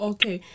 Okay